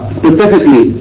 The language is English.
specifically